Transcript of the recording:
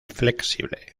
flexible